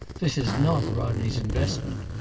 this is not rodney's investment.